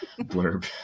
blurb